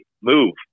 move